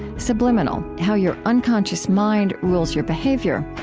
subliminal how your unconscious mind rules your behavior,